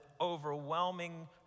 overwhelming